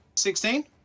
Sixteen